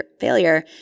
failure